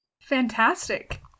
Fantastic